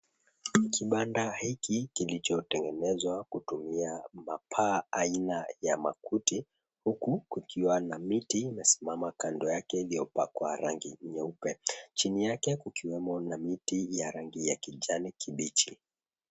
Kibanda hiki, kilichotengenezwa kutumia mapaa aina ya makuti, huku kukiwa na miti imesimama kando yake iliyopakwa rangi nyeupe. Chini yake kukiwemo na miti ya rangi ya kijani kibichi.